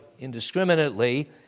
indiscriminately